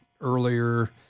earlier